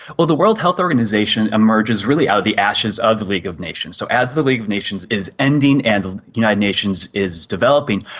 the world health organisation emerges really out of the ashes of the league of nations. so as the league of nations is ending and the united nations is developing,